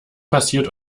passiert